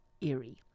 Erie